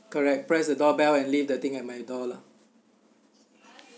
correct press the doorbell and leave the thing at my door lah